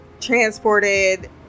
transported